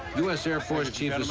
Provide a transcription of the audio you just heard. u s. air force chief